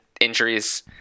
injuries